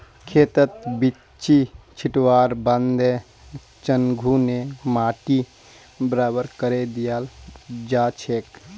खेतत बिच्ची छिटवार बादे चंघू ने माटी बराबर करे दियाल जाछेक